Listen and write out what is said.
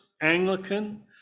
Anglican